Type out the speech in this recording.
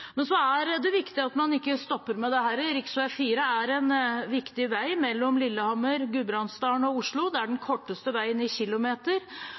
Men det er viktig at man ikke stopper med dette. Riksvei 4 er en viktig vei mellom Lillehammer, Gudbrandsdalen og Oslo. Det er den korteste veien i